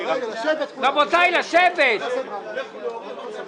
כי אז נכון להשאיר את זה בשלטון המקומי ולא לעשות את ההבחנה הזאת,